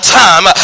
time